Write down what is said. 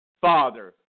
Father